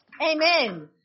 Amen